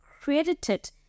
credited